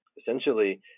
Essentially